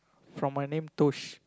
from my name Tosh